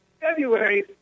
February